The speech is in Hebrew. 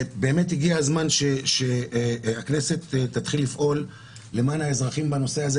באמת הגיע הזמן שהכנסת תתחיל לפעול למען האזרחים בנושא הזה.